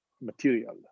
material